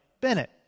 Bennett